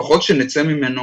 לפחות שנצא ממנו